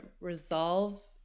resolve